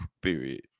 Period